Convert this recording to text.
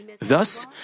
Thus